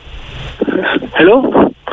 Hello